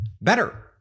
better